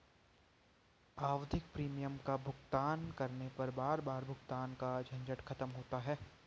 आवधिक प्रीमियम का भुगतान करने पर बार बार भुगतान का झंझट खत्म होता है